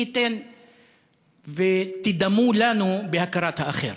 מי ייתן ותדמו לנו בהכרת האחר.